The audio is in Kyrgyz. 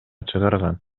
чыгарган